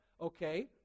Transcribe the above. okay